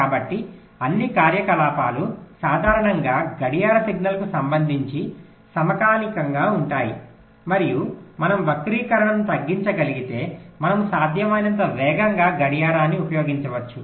కాబట్టి అన్ని కార్యకలాపాలు సాధారణంగా గడియార సిగ్నల్కు సంబంధించి సమకాలికంగా ఉంటాయి మరియు మనం వక్రీకరణను తగ్గించగలిగితే మనము సాధ్యమైనంత వేగంగా గడియారాన్ని ఉపయోగించవచ్చు